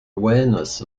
awareness